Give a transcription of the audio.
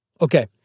Okay